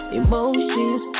emotions